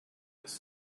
this